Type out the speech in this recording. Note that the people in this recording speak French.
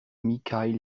mikhaïl